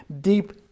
deep